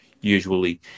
usually